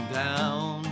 down